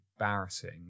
embarrassing